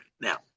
Now